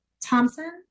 Thompson